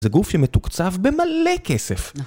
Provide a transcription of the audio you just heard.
זה גוף שמתוקצב במלא כסף.